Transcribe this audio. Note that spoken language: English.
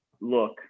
look